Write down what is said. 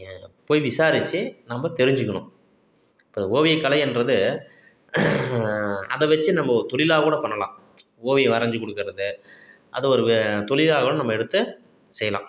போய் விசாரிச்சு நம்ப தெரிஞ்சுக்கணும் இப்போ ஓவியக்கலை என்பது அதை வச்சு நம்ப தொழிலா கூட பண்ணலாம் ஓவியம் வரஞ்சு கொடுக்கறது அது ஒரு வே தொழிலா கூட நம்ம எடுத்து செய்யலாம்